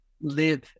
live